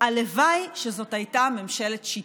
הלוואי שזאת הייתה ממשלת שיתוק.